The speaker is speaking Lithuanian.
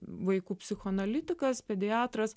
vaikų psichoanalitikas pediatras